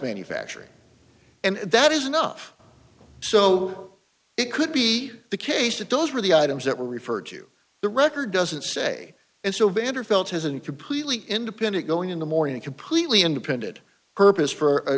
manufacturing and that is enough so it could be the case that those were the items that were referred to the record doesn't say it's a vendor felt isn't completely independent going in the morning completely independent purpose for